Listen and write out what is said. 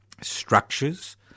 structures